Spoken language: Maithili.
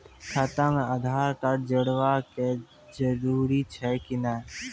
खाता म आधार कार्ड जोड़वा के जरूरी छै कि नैय?